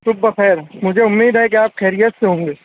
صُبح بخیر مجھے اُمید ہے کہ آپ خیریت سے ہوں گے